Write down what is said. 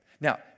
Now